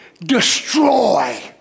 destroy